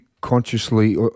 consciously